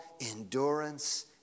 endurance